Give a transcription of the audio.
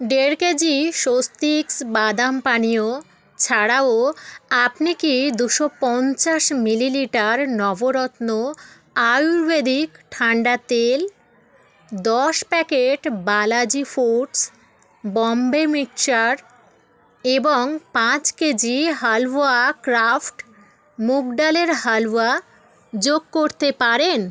দেড় কেজি স্বস্তিকস বাদাম পানীয় ছাড়াও আপনি কি দুশো পঞ্চাশ মিলিলিটার নবরত্ন আয়ুর্বেদিক ঠান্ডা তেল দশ packet Balaji foods Bombay mixture এবং পাঁচ কেজি হালুয়া ক্রাফট মুগ ডালের হালুয়া যোগ করতে পারেন